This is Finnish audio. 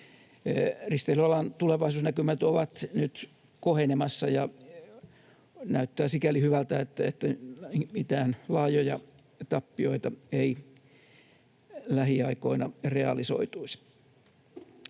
Risteilyalan tulevaisuusnäkymät ovat nyt kohenemassa, ja näyttää sikäli hyvältä, että mitään laajoja tappioita ei lähiaikoina realisoituisi.